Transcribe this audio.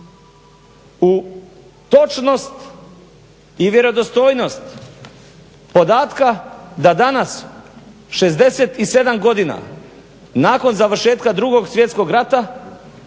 u točnost i vjerodostojnost podatka da danas, 67 godina nakon završetka Drugog svjetskog rata